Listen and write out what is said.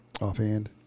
Offhand